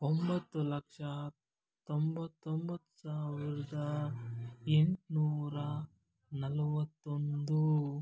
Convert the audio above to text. ಒಂಬತ್ತು ಲಕ್ಷ ತೊಂಬತ್ತೊಂಬತ್ತು ಸಾವಿರದ ಎಂಟುನೂರ ನಲವತ್ತೊಂದು